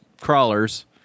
crawlers